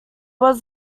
was